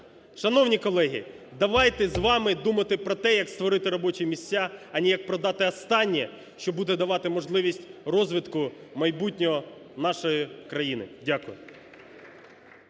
Шановні колеги, давайте з вами думати про те, як створити робочі місця, а не як продати останнє, що буде давати можливість розвитку майбутнього нашої країни. Дякую.